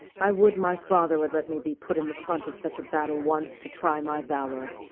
i would my father would let me be put in the front of such a battle once, to try my valour!